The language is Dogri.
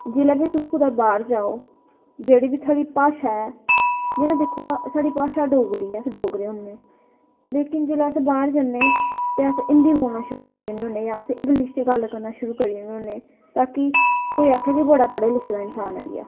जेल्लै बी तुस कुदै बाहर जाओ जेह्ड़ी बी थुआढ़ी भाशा ऐ जियां दिक्खो साढ़ी भाशा डोगरी ऐ अस डोगरे होने लेकिन जेल्लै अस बाहर जन्ने ते अस हिंदी बोलना शुरू करी ओड़ना आं जां इंगलिश च गल्ल करना शुरू करी ओड़ने आं ता की कोई आक्खे बड़े पढ़े लिखे दा इन्सान आई गेआ